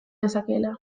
nezakeela